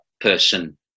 person